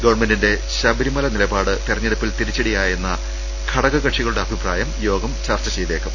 ഗവൺമെന്റിന്റെ ശബരിമല നിലപാട് തെരഞ്ഞെടുപ്പിൽ തിരിച്ചടിയാ യെന്ന ഘടകക്ഷികളുടെ അഭിപ്രായം യോഗം ചർച്ച ചെയ്തേക്കും